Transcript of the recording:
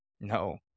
No